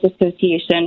Association